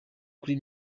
kuri